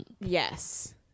yes